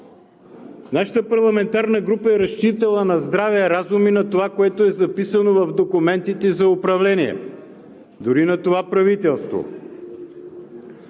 Нашата парламентарна група е разчитала на здравия разум и на това, което е записано в документите за управление дори на това правителство.